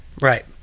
Right